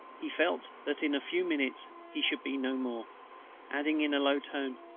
he felt that in a few minutes he should be no more adding in a low tone,